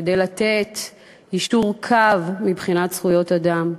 כדי ליישר קו מבחינת זכויות אדם,